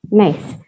nice